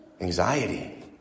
Anxiety